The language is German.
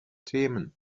themen